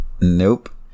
Nope